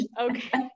Okay